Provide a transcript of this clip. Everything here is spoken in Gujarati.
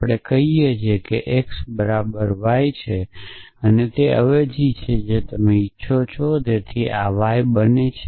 આપણે કહીએ છીએ કે x બરાબર y એ તે અવેજી છે જે તમે ઇચ્છો છો તેથી આ y બને છે